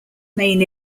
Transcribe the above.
main